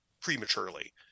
prematurely